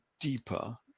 deeper